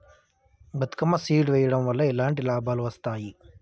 Bathukamma seed వెయ్యడం వల్ల ఎలాంటి లాభాలు వస్తాయి?